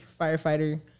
firefighter